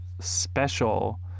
special